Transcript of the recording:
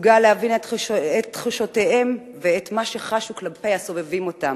מסוגל להבין את תחושותיהם ואת מה שחשו כלפי הסובבים אותם,